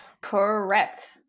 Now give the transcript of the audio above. Correct